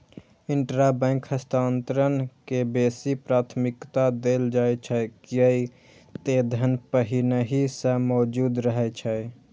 intrabank हस्तांतरण के बेसी प्राथमिकता देल जाइ छै, कियै ते धन पहिनहि सं मौजूद रहै छै